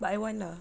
but I want lah